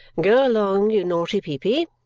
go along, you naughty peepy!